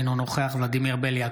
אינו נוכח ולדימיר בליאק,